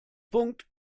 punkt